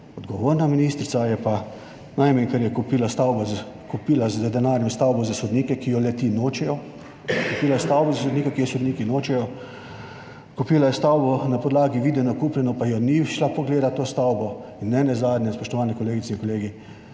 odgovorna ministrica je pa najmanj, kar je, kupila stavbo, kupila z denarjem stavbo za sodnike, ki jo le-ti nočejo, kupila je stavbo za sodnike, ki jo sodniki nočejo, kupila je stavbo na podlagi videno-kupljeno pa je ni šla pogledat, to stavbo. In nenazadnje, spoštovane kolegice in kolegi,